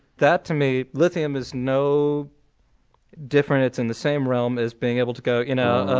that to me, lithium is no different, it's in the same realm as being able to go you know